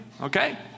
Okay